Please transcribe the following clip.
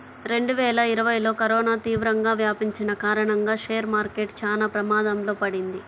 రెండువేల ఇరవైలో కరోనా తీవ్రంగా వ్యాపించిన కారణంగా షేర్ మార్కెట్ చానా ప్రమాదంలో పడింది